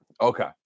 Okay